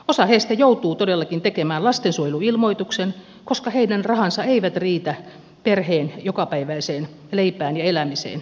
osa heistä joutuu todellakin tekemään lastensuojeluilmoituksen koska heidän rahansa eivät riitä perheen jokapäiväiseen leipään ja elämiseen